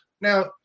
Now